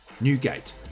Newgate